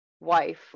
wife